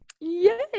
Yay